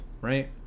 right